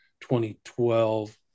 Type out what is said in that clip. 2012